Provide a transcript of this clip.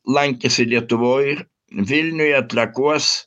lankėsi lietuvoj vilniuje trakuos